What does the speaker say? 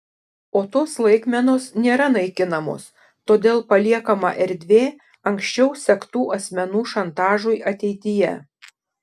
o tos laikmenos nėra naikinamos todėl paliekama erdvė anksčiau sektų asmenų šantažui ateityje